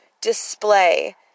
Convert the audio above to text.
display